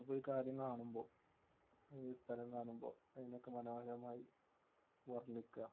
അപ്പോഴൊരു കാര്യം കാണുമ്പോൾ ഒരു സ്ഥലം കാണുമ്പോൾ അതിനെയൊക്കെ മനോഹരമായി വർണ്ണിക്കുക